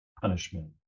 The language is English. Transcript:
punishment